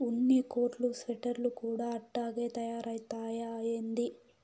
ఉన్ని కోట్లు స్వెటర్లు కూడా అట్టాగే తయారైతయ్యా ఏంది